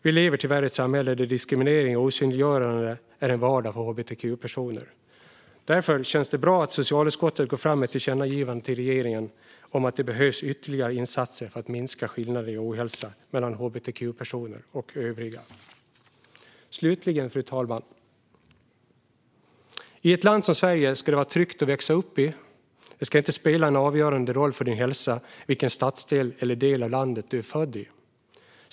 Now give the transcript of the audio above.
Vi lever tyvärr i ett samhälle där diskriminering och osynliggörande är vardag för hbtq-personer. Därför känns det bra att socialutskottet går fram med ett tillkännagivande till regeringen om att det behövs ytterligare insatser för att minska skillnader i ohälsa mellan hbtq-personer och övriga. Slutligen, fru talman! I ett land som Sverige ska det vara tryggt att växa upp. Det ska inte spela en avgörande roll för din hälsa vilken stadsdel eller del av landet du är född i.